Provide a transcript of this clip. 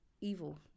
Evil